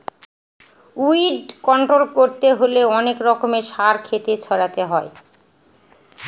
weed control করতে হলে অনেক রকমের সার ক্ষেতে ছড়াতে হয়